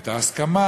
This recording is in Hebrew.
והייתה הסכמה,